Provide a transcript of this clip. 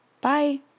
Bye